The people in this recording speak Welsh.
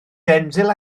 denzil